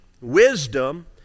wisdom